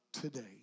today